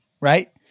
right